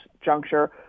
juncture